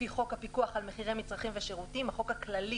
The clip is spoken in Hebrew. לפי חוק הפיקוח על מחירי מצרכים ושירותים החוק הכללי